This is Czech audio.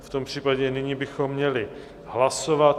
V tom případě nyní bychom měli hlasovat.